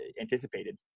anticipated